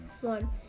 One